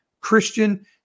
Christian